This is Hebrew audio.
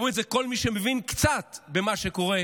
ואומר את זה כל מי שמבין קצת במה שקורה